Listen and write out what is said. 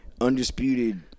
undisputed